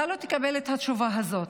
אתה לא תקבל את התשובה הזאת.